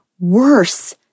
Worse